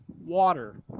water